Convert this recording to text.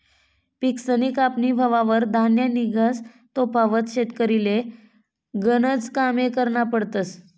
पिकसनी कापनी व्हवावर धान्य निंघस तोपावत शेतकरीले गनज कामे करना पडतस